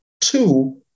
Two